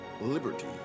liberty